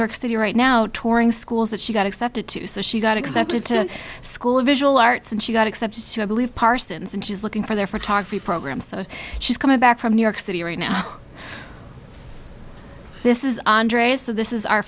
york city right now touring schools that she got accepted to so she got accepted to school of visual arts and she got accepted to believe parsons and she's looking for their photography program so she's coming back from new york city right now this is andreas of this is our